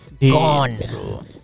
gone